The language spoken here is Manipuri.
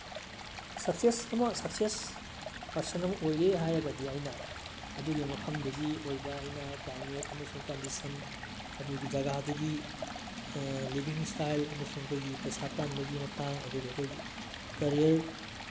ꯁꯛꯁꯦꯁ ꯑꯃ ꯁꯛꯁꯦꯁ ꯄꯔꯁꯟ ꯑꯃ ꯑꯣꯏꯒꯦ ꯍꯥꯏꯔꯒꯗꯤ ꯑꯩꯅ ꯑꯗꯨꯒꯤ ꯃꯐꯝꯗꯨꯒꯤ ꯑꯣꯏꯕ ꯑꯩꯅ ꯀ꯭ꯂꯥꯏꯃꯦꯠ ꯑꯃꯁꯨꯡ ꯀꯟꯗꯤꯁꯟ ꯑꯗꯨꯒꯤ ꯖꯒꯥꯗꯨꯒꯤ ꯂꯤꯕꯤꯡ ꯏꯁꯇꯥꯏꯜ ꯑꯃꯁꯨꯡ ꯑꯩꯈꯣꯏꯒꯤ ꯄꯩꯁꯥ ꯇꯥꯟꯕꯒꯤ ꯃꯇꯥꯡ ꯑꯗꯨꯒ ꯑꯩꯈꯣꯏꯒꯤ ꯀꯔꯤꯌꯔ